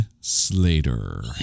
Slater